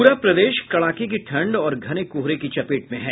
पूरा प्रदेश कड़ाके की ठंड और घने कोहरे की चपेट में है